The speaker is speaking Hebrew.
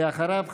ואחריו,